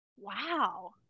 Wow